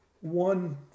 one